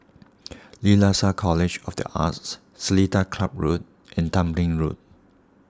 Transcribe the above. Lasalle College of the Arts Seletar Club Road and Tembeling Road